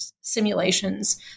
simulations